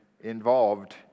involved